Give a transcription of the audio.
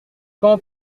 quand